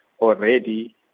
already